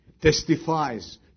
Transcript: testifies